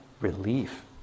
relief